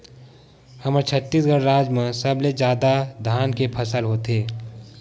हमर छत्तीसगढ़ राज म सबले जादा धान के फसल होथे